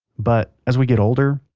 but, as we get older,